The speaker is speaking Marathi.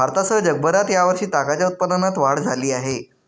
भारतासह जगभरात या वर्षी तागाच्या उत्पादनात वाढ झाली आहे